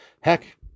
heck